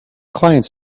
clients